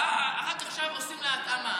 רק עכשיו עושים לה התאמה.